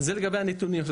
זה לגבי הנתונים.